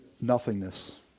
nothingness